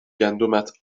گندمت